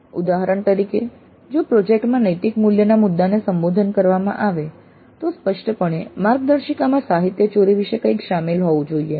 ઉદાહરણ તરીકે જો પ્રોજેક્ટમાં નૈતિક મૂલ્ય ના મુદ્દાને સંબોધન કરવામાં આવે છે તો સ્પષ્ટપણે માર્ગદર્શિકામાં સાહિત્યચોરી વિશે કંઈક શામેલ હોવું જોઈએ